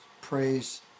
praise